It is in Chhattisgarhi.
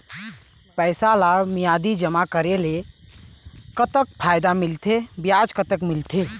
पैसा ला मियादी जमा करेले, कतक फायदा मिलथे, ब्याज कतक मिलथे?